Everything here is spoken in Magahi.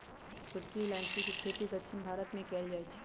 छोटकी इलाइजी के खेती दक्षिण भारत मे कएल जाए छै